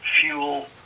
fuel